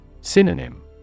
Synonym